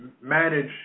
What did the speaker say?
manage